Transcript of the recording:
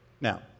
Now